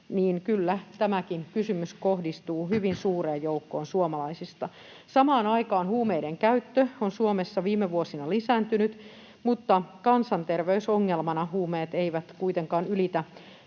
niin kyllä tämäkin kysymys kohdistuu hyvin suureen joukkoon suomalaisista. Samaan aikaan huumeiden käyttö on Suomessa viime vuosina lisääntynyt, mutta kansanterveysongelmana huumeet eivät kuitenkaan ylitä